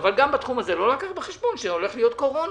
לקח בחשבון שהולך להיות קורונה,